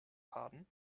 pardon